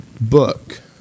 book